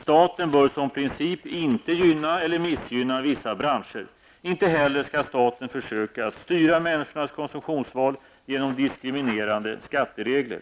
Staten bör som princip inte gynna eller missgynna vissa branscher. Inte heller skall staten försöka att styra människornas konsumtionsval genom diskriminerande skatteregler.